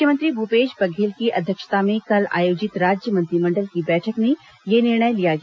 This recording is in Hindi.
मुख्यमंत्री भूपेश बघेल की अध्यक्षता में कल आयोजित राज्य मंत्रिमंडल की बैठक में यह निर्णय लिया गया